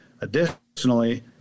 Additionally